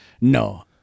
No